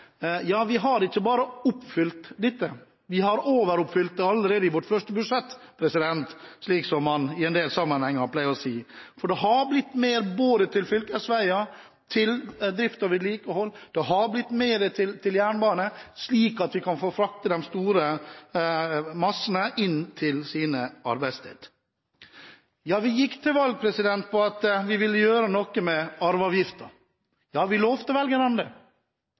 Ja, vi har ikke bare oppfylt dette. Vi har overoppfylt det allerede i vårt første budsjett – slik som man i en del sammenhenger pleier å si – for det har blitt mer til både fylkesveier, drift og vedlikehold. Det har blitt mer til jernbane, slik at vi kan frakte de store massene inn til sine arbeidssteder. Vi gikk til valg på at vi ville gjøre noe med arveavgiften. Vi lovte velgerne det, og, ja, vi